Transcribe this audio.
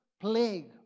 plague